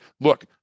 look